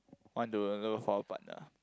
why do you look for partner